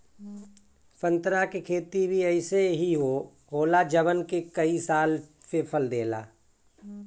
संतरा के खेती भी अइसे ही होला जवन के कई साल से फल देला